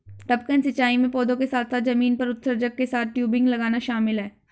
टपकन सिंचाई में पौधों के साथ साथ जमीन पर उत्सर्जक के साथ टयूबिंग लगाना शामिल है